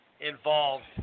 involved